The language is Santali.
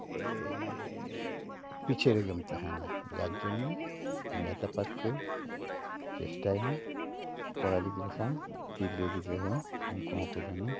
ᱯᱤᱪᱷᱟᱹ ᱨᱮᱜᱮᱢ ᱛᱟᱦᱮᱸᱱᱟ ᱡᱟᱨᱱᱚᱱᱮ ᱮᱸᱜᱟᱛ ᱟᱯᱟᱛ ᱠᱚ ᱪᱮᱥᱴᱟᱭ ᱢᱟ ᱠᱚᱲᱟ ᱜᱤᱫᱽᱨᱟᱹ ᱥᱟᱶ ᱛᱤᱨᱞᱟᱹ ᱜᱤᱫᱽᱨᱟᱹ ᱦᱚᱸ ᱩᱱᱠᱩ ᱦᱚᱠᱚ ᱡᱮᱱᱚ